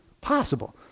possible